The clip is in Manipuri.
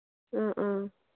ꯑꯥ ꯑꯥ